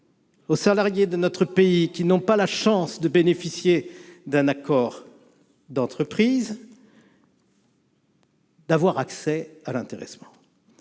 aux salariés de notre pays qui n'ont pas la chance de bénéficier d'un accord d'entreprise d'avoir accès à l'intéressement.